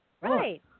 right